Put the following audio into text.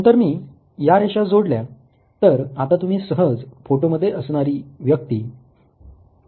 नंतर मी या रेषा जोडल्या तर आता तुम्ही सहज फोटो मध्ये असणारी व्यक्ती कोण आहे ते ओळखू शकाल